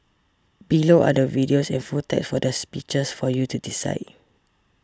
below are the videos and full text for the speeches for you to decide